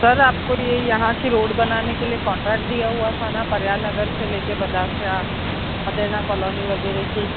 sir आपको ये यहाँ की रोड बनाने के लिए कॉन्ट्रेक्ट दिया हुआ था पर्याय नगर से ले के बदास्या मदेना कॉलोनी वगैरह की